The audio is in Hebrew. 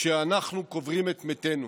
כשאנחנו קוברים את מתינו,